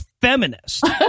feminist